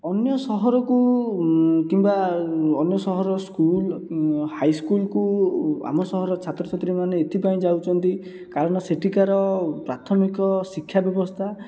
ଅନ୍ୟ ସହରକୁ କିମ୍ବା ଅନ୍ୟ ସହରର ସ୍କୁଲ୍ ହାଇସ୍କୁଲ୍କୁ ଆମ ସହରର ଛାତ୍ର ଛାତ୍ରୀମାନେ ଏଥିପାଇଁ ଯାଉଛନ୍ତି କାରଣ ସେଠିକାର ପ୍ରାଥମିକ ଶିକ୍ଷା ବ୍ୟବସ୍ଥା